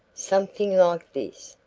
something like this,